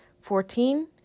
Fourteen